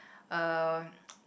uh